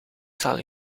zal